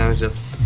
um just